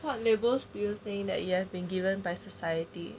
what labels do you think that you have been given by society